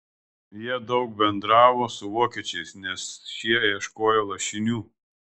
jie daug bendravo su vokiečiais nes šie ieškojo lašinių